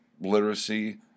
literacy